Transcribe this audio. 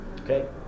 okay